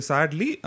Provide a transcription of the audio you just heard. Sadly